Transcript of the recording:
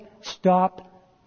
stop